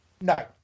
No